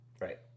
Right